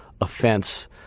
offense